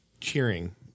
cheering